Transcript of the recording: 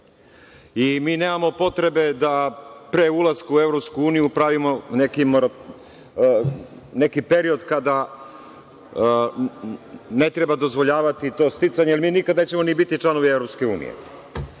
I mi nemamo potrebe da pre ulaska u EU pravimo neki period kada ne treba dozvoljavati to sticanje, jer mi nikada nećemo ni biti članovi EU.